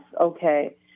Okay